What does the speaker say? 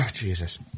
Jesus